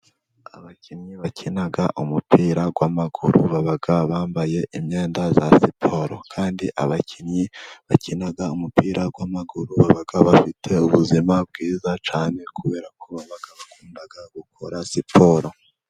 Abakinnyi bakina umupira w'amaguru, baba bambaye imyenda ya siporo kandi abakinnyi bakina umupira w'amaguru, baba bafite ubuzima bwiza cyane kubera ko baba bakunda gukora siporo.